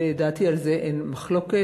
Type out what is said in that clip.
לדעתי על זה אין מחלוקת,